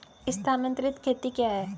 स्थानांतरित खेती क्या है?